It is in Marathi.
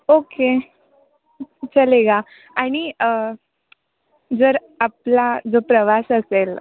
ओक्के चलेगा आणि जर आपला जो प्रवास असेल